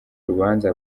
rubanza